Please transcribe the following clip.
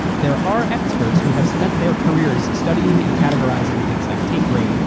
there are experts who have spent their careers studying and categorizing things like take rate,